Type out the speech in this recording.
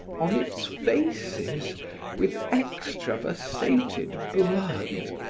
on its faces with extravasated blood.